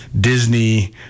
Disney